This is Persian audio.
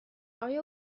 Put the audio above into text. آیا